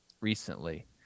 recently